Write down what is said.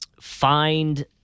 find